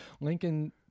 Lincoln